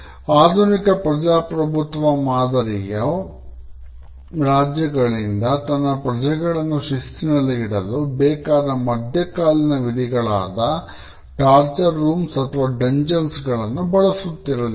ಆಧುನಿಕ ಪ್ರಜಾಪ್ರಭುತ್ವ ಮಾದರಿಯು ರಾಜ್ಯಗಳಿಂದ ತನ್ನ ಪ್ರಜೆಗಳನ್ನು ಶಿಸ್ತಿನಲ್ಲಿ ಇಡಲು ಬೇಕಾದ ಮಧ್ಯಕಾಲೀನ ವಿಧಗಳಾದ ಟಾರ್ಚರ್ ರೂಮ್ಸ್ ಅಥವಾ ಡುಂಜಾನ್ಸ್ ಗಳನ್ನೂ ಬಳಸುತ್ತಿರಲಿಲ್ಲ